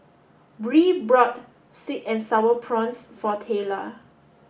Bree bought sweet and sour prawns for Tayla